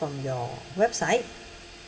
your website